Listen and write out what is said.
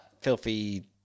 filthy